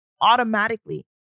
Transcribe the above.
automatically